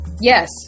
Yes